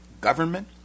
government